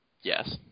yes